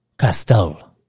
Castel